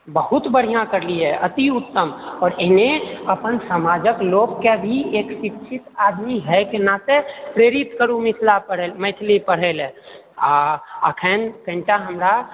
बहुत बढ़िआँ करलिऐ अति उत्तम आओर एहने अपन समाजक लोककेँ भी एक शिक्षिक आदमी हइके नाते प्रेरित करू मिथिला पढ़ै मैथिली पढ़ै लऽ आ अखनि कनिटा हमरा